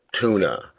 tuna